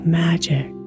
magic